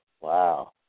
Wow